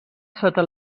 sota